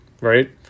right